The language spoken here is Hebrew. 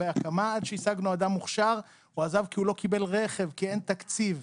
עד שהשגנו אדם מוכשר הוא עזב כי הוא לא קיבל רכב כי אין תקציב.